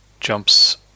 jumps